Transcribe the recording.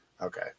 Okay